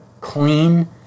clean